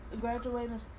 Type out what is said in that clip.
graduating